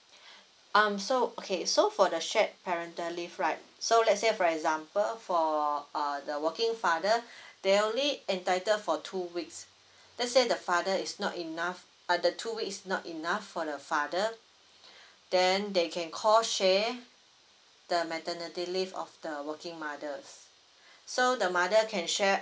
um so okay so for the shared parental leave right so let's say for example for err the working father they only entitle for two weeks let's say the father is not enough err the two week is not enough for the father then they can call share the maternity leave of the working mother so the mother can share